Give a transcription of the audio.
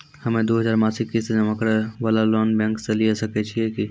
हम्मय दो हजार मासिक किस्त जमा करे वाला लोन बैंक से लिये सकय छियै की?